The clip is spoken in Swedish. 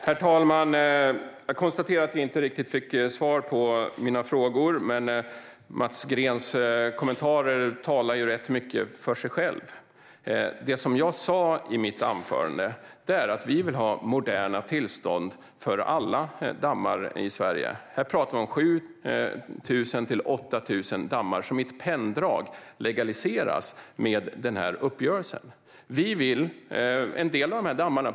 Herr talman! Jag konstaterar att jag inte riktigt fick svar på mina frågor, men Mats Greens kommentarer talar ju rätt mycket för sig själva. Det jag sa i mitt anförande är att vi vill ha moderna tillstånd för alla dammar i Sverige. Här pratar vi om 7 000-8 000 dammar som med den här uppgörelsen legaliseras i ett penndrag.